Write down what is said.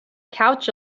couch